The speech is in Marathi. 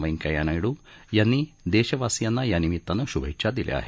वैंकय्या नायडू यांनी देशवासिंयाना या निमित्ताने शुभेच्छा दिल्या आहेत